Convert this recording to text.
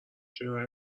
چهره